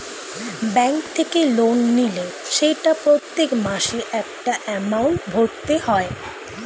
bank থেকে loan নিলে সেটা প্রত্যেক মাসে একটা এমাউন্ট ভরতে হয়